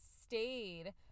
stayed